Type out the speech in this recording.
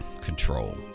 control